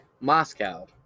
Moscow